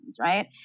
right